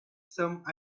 some